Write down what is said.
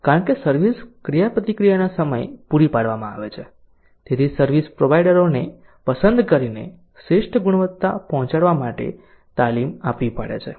કારણ કે સર્વિસ ક્રિયાપ્રતિક્રિયાના સમયે પૂરી પાડવામાં આવે છે તેથી સર્વિસ પ્રોવાઇડરોને પસંદ કરીને શ્રેષ્ઠ ગુણવત્તા પહોંચાડવા માટે તાલીમ આપવી પડે છે